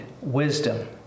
wisdom